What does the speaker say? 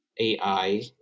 AI